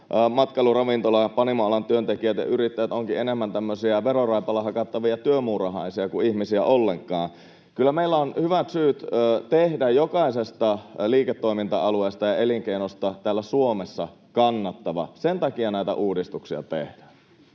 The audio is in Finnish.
matkailu-, ravintola- ja panimoalan työntekijät ja yrittäjät ovatkin enemmän tämmöisiä veroraipalla hakattavia työmuurahaisia kuin ihmisiä ollenkaan. Kyllä meillä on hyvät syyt tehdä jokaisesta liiketoiminta-alueesta ja elinkeinosta täällä Suomessa kannattavaa. Sen takia näitä uudistuksia tehdään.